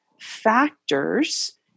factors